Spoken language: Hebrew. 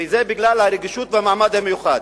וזה בגלל הרגישות והמעמד המיוחד.